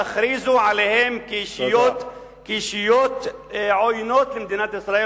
תכריזו עליהם כישויות עוינות למדינת ישראל,